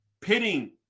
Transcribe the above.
pitting